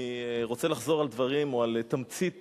אני רוצה לחזור על דברים או על תמצית